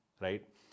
right